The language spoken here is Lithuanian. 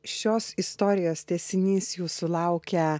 šios istorijos tęsinys jūsų laukia